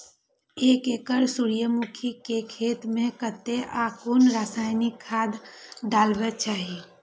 एक एकड़ सूर्यमुखी केय खेत मेय कतेक आ कुन रासायनिक खाद डलबाक चाहि?